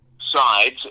sides